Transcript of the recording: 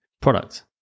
Product